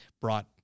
brought